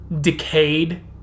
decayed